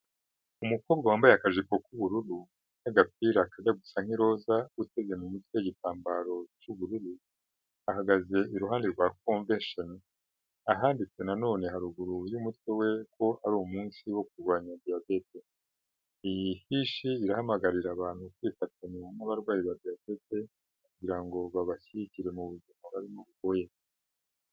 Umukobwa wambaye akajipo k'ubururu n'agapira kajya gusa nk'iroza witeze mu mutwe igitambaro cy'ubururu, ahagaze iruhande rwa convesheni. Handitswe na nonene haruguru y'umutwe we ko hari umunsi wo kurwanya diabete. Iyi fishe irahamagarira abantu kwifatanya n'abarwayi ba diyatete kugirango babashyigikire muzima barimo bugoye.